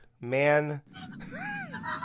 Man